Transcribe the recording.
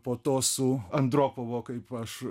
po to su andropovo kaip aš